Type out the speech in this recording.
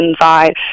inside